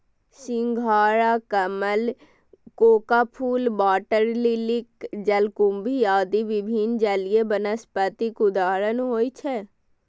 सिंघाड़ा, कमल, कोका फूल, वाटर लिली, जलकुंभी आदि विभिन्न जलीय वनस्पतिक उत्पादन होइ छै